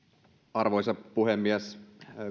arvoisa puhemies